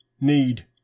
Need